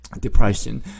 Depression